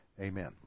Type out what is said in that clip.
Amen